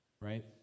right